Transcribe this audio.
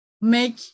make